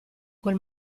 quel